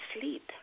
sleep